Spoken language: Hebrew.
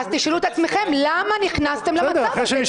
אז תשאלו את עצמכם: למה נכנסתם למצב כזה?